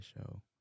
show